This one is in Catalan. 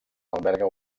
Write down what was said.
alberga